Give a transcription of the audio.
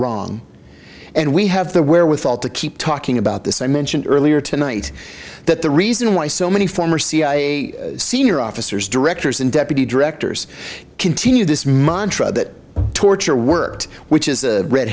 wrong and we have the wherewithal to keep talking about this i mentioned earlier tonight that the reason why so many former cia senior officers directors and deputy directors continue this montra that torture worked which is a red